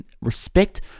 respect